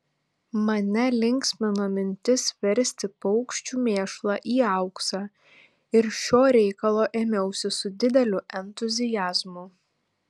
mane linksmino mintis versti paukščių mėšlą į auksą ir šio reikalo ėmiausi su dideliu entuziazmu